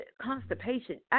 constipation